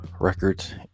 records